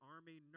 Army